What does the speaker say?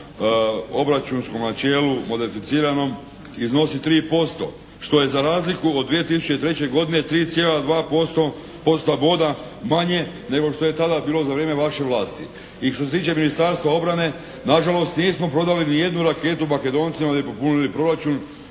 po obračunskom načelu modeficiranom iznosi 3% što je za razliku od 2003. godine 3,2% …/Govornik se ne razumije./… boda manje nego što je tada bilo za vrijeme vaše vlasti. I što se tiče Ministarstva obrane, na žalost nismo prodali ni jednu raketu Madekoncima ni popunili proračun